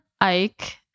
Ike